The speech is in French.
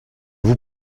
vous